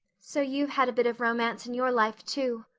so you've had a bit of romance in your life, too,